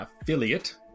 affiliate